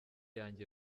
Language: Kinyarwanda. yanjye